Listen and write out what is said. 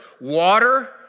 Water